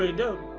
ah no,